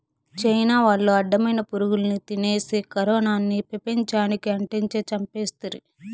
China వాళ్లు అడ్డమైన పురుగుల్ని తినేసి కరోనాని పెపంచానికి అంటించి చంపేస్తిరి